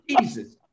Jesus